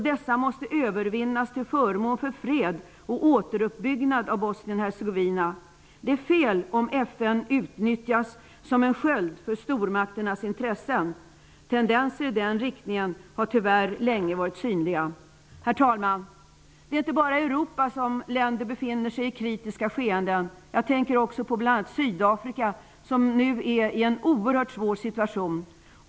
Dessa måste övervinnas till förmån för fred och återuppbyggnad av Bosnien-Hercegovina. Det är fel om FN utnyttjas som en sköld för stormakternas intressen. Tendenser i den riktningen har tyvärr länge varit synliga. Herr talman! Det är inte bara i Europa som länder befinner sig i kritiska skeenden. Jag tänker också på bl.a. Sydafrika, som nu är i en oerhört svår situation.